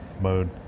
mode